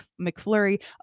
McFlurry